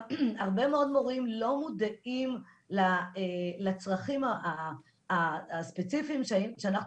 הרבה מאוד מורים לא מודעים לצרכים הספציפיים שאנחנו